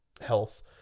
health